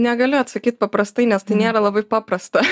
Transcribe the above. negaliu atsakyt paprastai nes tai nėra labai paprasta